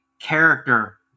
character